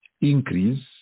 increase